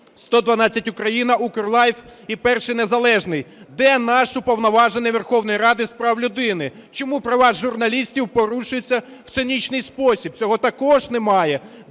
"112 Україна", UKRLIFE і "Перший Незалежний". Де наш Уповноважений Верховної Ради з прав людини? Чому права журналістів порушуються в цинічний спосіб? Цього також немає.